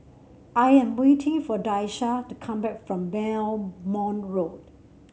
I am waiting for Daisha to come back from Belmont Road